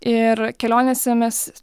ir kelionėse mes